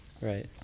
right